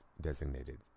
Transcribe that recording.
designated